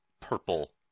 purple